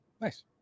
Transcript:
Nice